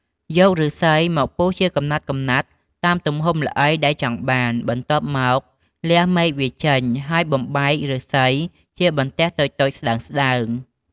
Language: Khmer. យកឫស្សីមកពុះជាកំណាត់ៗតាមទំហំល្អីដែលចង់បាន បន្ទាប់មក លះមែកវាចេញ ហើយបំបែកឫស្សីជាបន្ទះតូចៗស្ដើងៗ។